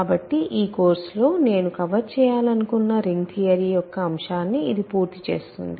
కాబట్టి ఈ కోర్సులో నేను కవర్ చేయాలనుకున్న రింగ్ థియరీయొక్క అంశాన్ని ఇది పూర్తి చేస్తుంది